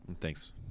thanks